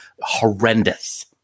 horrendous